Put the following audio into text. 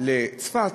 לצפת